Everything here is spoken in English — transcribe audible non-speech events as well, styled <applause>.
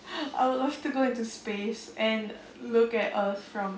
<breath> and I would love to go into space and look at earth from